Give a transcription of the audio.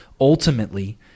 ultimately